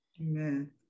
Amen